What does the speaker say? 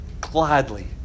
gladly